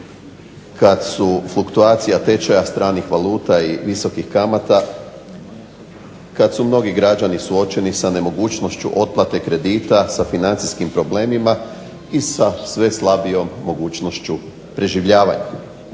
kada su fluktuacija tečaja stranih valuta kada su mnogi građani suočeni sa nemogućnošću otplate kredita, sa financijskim problemima i sa sve slabijom mogućnošću preživljavanja.